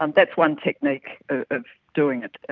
um that's one technique of doing it.